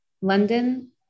London